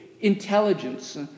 intelligence